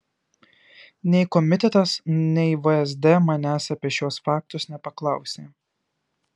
nei komitetas nei vsd manęs apie šiuos faktus nepaklausė